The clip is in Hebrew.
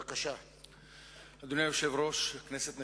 אדוני היושב-ראש, כנסת נכבדה,